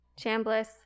Chambliss